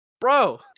bro